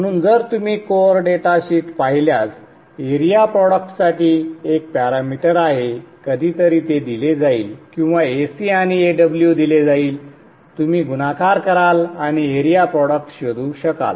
म्हणून जर तुम्ही कोअर डेटा शीट पाहिल्यास एरिया प्रॉडक्टसाठी एक पॅरामीटर आहे कधीतरी ते दिले जाईल किंवा Ac आणि Aw दिले जाईल तुम्ही गुणाकार कराल आणि एरिया प्रॉडक्ट शोधू शकाल